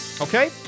okay